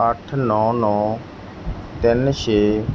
ਅੱਠ ਨੌਂ ਨੌਂ ਤਿੰਨ ਛੇ